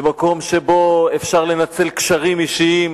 במקום שבו אפשר לנצל קשרים אישיים,